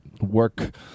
work